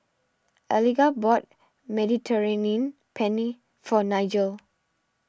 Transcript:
Eliga bought Mediterranean Penne for Nigel